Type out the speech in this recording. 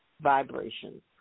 vibrations